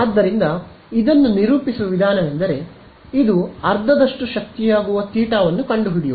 ಆದ್ದರಿಂದ ಇದನ್ನು ನಿರೂಪಿಸುವ ವಿಧಾನವೆಂದರೆ ಇದು ಅರ್ಧದಷ್ಟು ಶಕ್ತಿಯಾಗುವ ಥೀಟಾವನ್ನು ಕಂಡುಹಿಡಿಯುವುದು